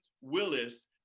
Willis